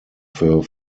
für